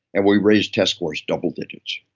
and we raised test scores double digits.